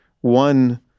one